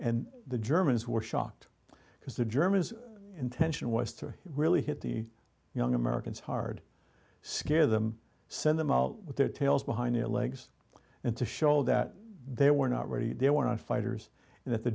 and the germans were shocked because the germans intention was to really hit the young americans hard scare them send them out with their tails behind their legs and to show that they were not ready they were on fighters and that the